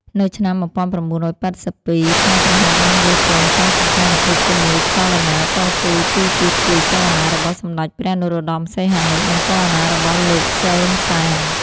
នៅឆ្នាំ១៩៨២ ខ្មែរក្រហមបានយល់ព្រមចងសម្ព័ន្ធភាពជាមួយចលនាតស៊ូពីរទៀតគឺ ចលនារបស់សម្តេចព្រះ នរោត្តម សីហនុ និងចលនារបស់លោក សឺន សាន។